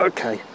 Okay